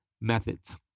methods